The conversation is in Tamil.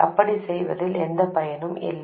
அப்படிச் செய்வதில் எந்தப் பயனும் இல்லை